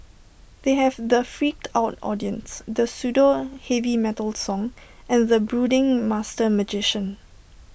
they have the freaked out audience the pseudo heavy metal song and the brooding master magician